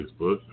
Facebook